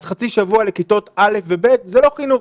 אז חצי שבוע לכיתות א' ו-ב' זה לא חינוך.